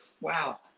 wow